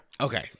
Okay